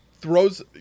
throws